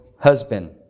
husband